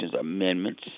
amendments